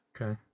Okay